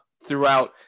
throughout